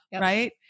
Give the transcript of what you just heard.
right